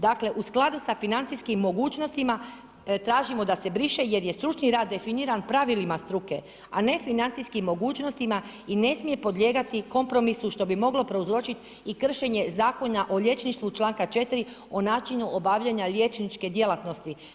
Dakle u skladu sa financijskim mogućnostima tražimo da se briše jer je stručni rad definiran pravilima struke a ne financijskim mogućnostima i ne smije podlijegati kompromisu što bi moglo prouzročiti i kršenje Zakona o liječništvu članka 4. o načinu obavljanja liječničke djelatnosti.